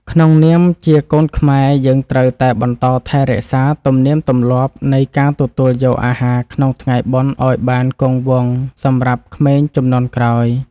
ក្នុងនាមជាកូនខ្មែរយើងត្រូវតែបន្តថែរក្សាទំនៀមទម្លាប់នៃការទទួលយកអាហារក្នុងថ្ងៃបុណ្យឱ្យបានគង់វង្សសម្រាប់ក្មេងជំនាន់ក្រោយ។